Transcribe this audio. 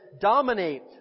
dominate